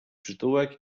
przytułek